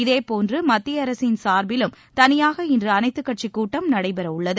இதேபோன்று மத்திய அரசின் சார்பிலும் தளியாக இன்று அனைத்துக் கட்சிக் கூட்டம் நடைபெற உள்ளது